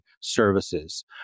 services